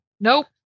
Nope